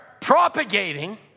propagating